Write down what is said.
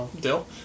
Dill